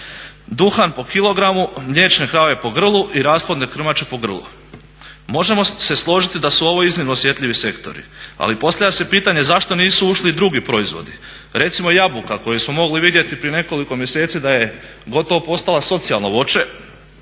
duhan po kilogramu, mliječne krave po grlu i rasplodne krmače po grlu. Možemo se složiti da su ovo iznimno osjetljivi sektori, ali postavlja se pitanje zašto nisu ušli drugi proizvodi. Recimo jabuka koju smo mogli vidjeti prije nekoliko mjeseci da je gotovo postala socijalno voće